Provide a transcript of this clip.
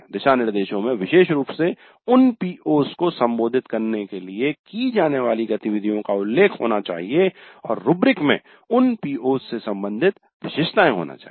दिशानिर्देशों में विशेष रूप से उन PO's को संबोधित करने के लिए की जाने वाली गतिविधियों का उल्लेख होना चाहिए और रूब्रिक में उन PO's से संबंधित विशेषताएं होनी चाहिए